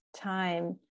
time